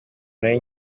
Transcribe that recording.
nari